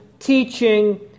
teaching